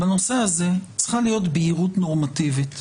בנושא הזה צריכה להיות בהירות נורמטיבית,